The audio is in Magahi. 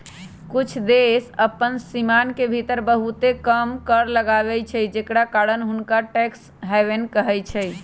कुछ देश अप्पन सीमान के भीतर बहुते कम कर लगाबै छइ जेकरा कारण हुंनका टैक्स हैवन कहइ छै